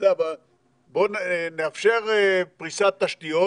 בוא נאפשר פריסת תשתיות,